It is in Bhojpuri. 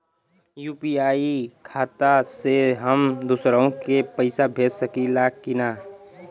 यू.पी.आई खाता से हम दुसरहु के पैसा भेज सकीला की ना?